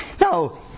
Now